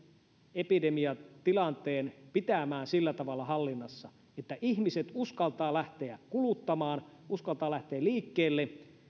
epidemiatilanteen pitämään sillä tavalla hallinnassa että ihmiset uskaltavat lähteä kuluttamaan uskaltavat lähteä liikkeelle